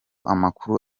amakuru